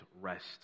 rest